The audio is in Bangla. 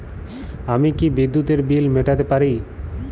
আমি কি বিদ্যুতের বিল মেটাতে পারি?